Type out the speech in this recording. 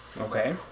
Okay